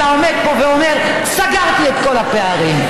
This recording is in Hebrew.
עומד פה ואומר: סגרתי את כל הפערים.